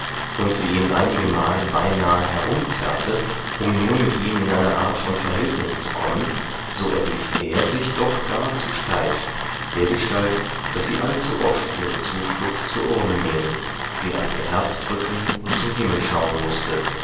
und sie ihn einigemal beinahe herumzerrte um nur mit ihm in eine art von verhältnis zu kommen so erwies er sich doch gar zu steif dergestalt daß sie allzuoft ihre zuflucht zur urne nehmen sie an ihr herz drücken und zum himmel schauen mußte